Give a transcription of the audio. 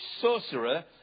sorcerer